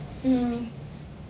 mm